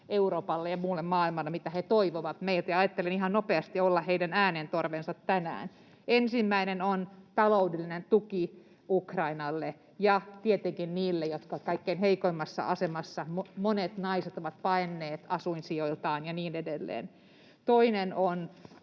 Euroopalle ja muulle maailmalle, mitä he toivovat meiltä, ja ajattelin ihan nopeasti olla heidän äänitorvensa tänään. Ensimmäinen kohta on taloudellinen tuki Ukrainalle ja tietenkin niille, jotka ovat kaikkein heikoimmassa asemassa: monet naiset ovat paenneet asuinsijoiltaan ja niin edelleen. Toinen on